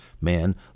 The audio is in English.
man